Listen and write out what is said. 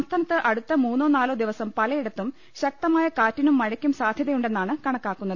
സംസ്ഥാനത്ത് അടുത്ത മൂന്നോ നാലോ ദിവസം പലയിടത്തും ശക്തമായ കാറ്റിനും മഴയ്ക്കും സാധ്യതയുണ്ടെന്നാണ് കണക്കാക്കുന്നത്